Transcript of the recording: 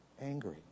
angry